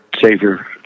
Savior